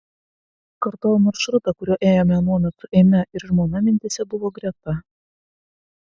kartojau maršrutą kuriuo ėjome anuomet su eime ir žmona mintyse buvo greta